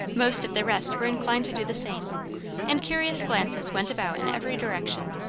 most of the rest were inclined to do the same and curious glances went about in every direction,